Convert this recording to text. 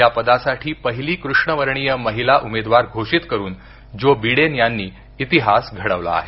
या पदासाठी पहिली कृष्णवर्णीय महिला उमेदवार घोषित करुन जो बिडेन यांनी इतिहास घडवला आहे